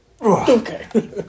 Okay